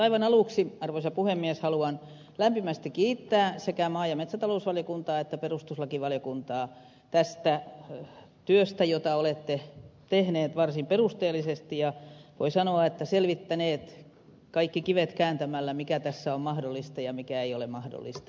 aivan aluksi arvoisa puhemies haluan lämpimästi kiittää sekä maa ja metsätalousvaliokuntaa että perustuslakivaliokuntaa tästä työstä jota olette tehneet varsin perusteellisesti ja siitä että olette voi sanoa selvittäneet kaikki kivet kääntämällä mikä tässä on mahdollista ja mikä ei ole mahdollista